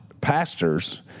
pastors